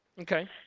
okay